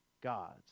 gods